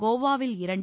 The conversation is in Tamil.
கோவாவில் இரண்டு